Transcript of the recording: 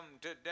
today